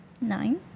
Nine